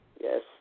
yes